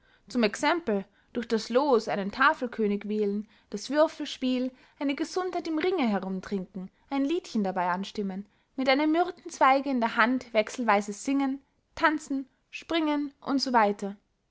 zum exempel durch das loos einen tafelkönig wählen das würfelspiel eine gesundheit im ringe herum trinken ein liedchen dabey anstimmen mit einem myrtenzweige in der hand wechselweise singen tanzen springen und so